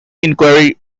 inquiry